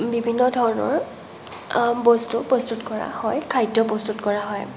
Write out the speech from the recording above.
বিভিন্ন ধৰণৰ বস্তু প্ৰস্তুত কৰা হয় খাদ্য প্ৰস্তুত কৰা হয়